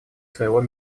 своего